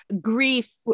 grief